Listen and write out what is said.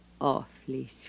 Awfully